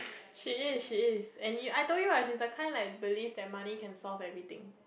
she is she is and I told you she's the kind that believes money can solve everything